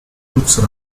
looks